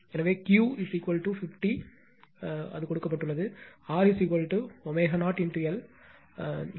எனவே Q 50 கொடுக்கப்பட்டுள்ளது R ω0 L இது